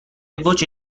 voce